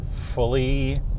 fully